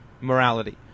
Morality